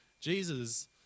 Jesus